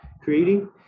creating